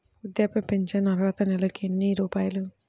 వృద్ధాప్య ఫింఛను అర్హత నెలకి ఎన్ని రూపాయలు?